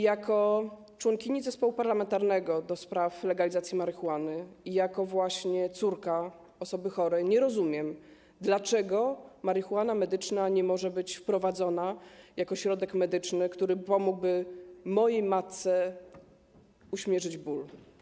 Jako członkini zespołu parlamentarnego do spraw legalizacji marihuany i jako właśnie córka osoby chorej nie rozumiem, dlaczego marihuana medyczna nie może być wprowadzona jako środek medyczny, który pomógłby mojej matce uśmierzyć ból.